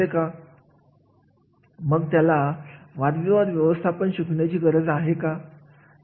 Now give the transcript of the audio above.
आपण फक्त एका परिस्थितीचा विचार करू शकत नाही एक कार्य दुसऱ्या पातळीवरील कार्यासाठी उपयोगाचे असते